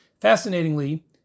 Fascinatingly